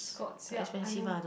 Scotts yup I know